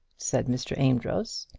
said mr. amedroz.